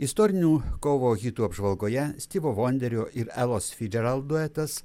istorinių kovų hitų apžvalgoje stivo vonderio ir elos fidžerald duetas